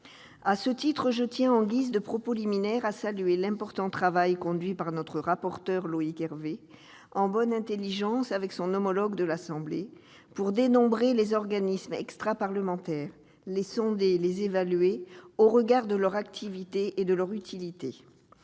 À ce titre, je tiens, en guise de propos liminaire, à saluer l'important travail conduit par notre rapporteur, Loïc Hervé, en bonne intelligence avec son homologue de l'Assemblée nationale, pour dénombrer les organismes extraparlementaires, les sonder et les évaluer au regard de leur activité et de leur utilité.